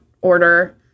order